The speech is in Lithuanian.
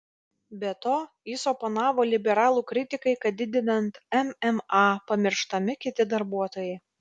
be to jis oponavo liberalų kritikai kad didinant mma pamirštami kiti darbuotojai